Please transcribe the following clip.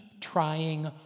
trying